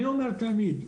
אני אומר תמיד,